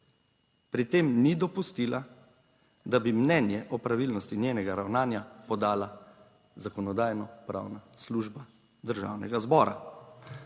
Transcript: Pri tem ni dopustila, da bi mnenje o pravilnosti njenega ravnanja podala Zakonodajno-pravna služba Državnega zbora